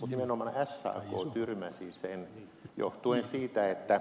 mutta nimenomaan sak tyrmäsi sen johtuen siitä että